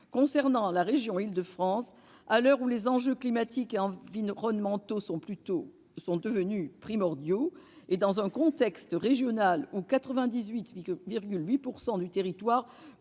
Concernant la région d'Île-de-France, à l'heure où les enjeux climatiques et environnementaux sont devenus primordiaux, et dans un contexte régional où 98,8 % du territoire